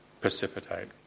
precipitate